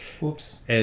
whoops